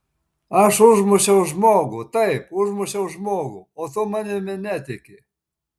aš užmušiau žmogų taip užmušiau žmogų o tu manimi netiki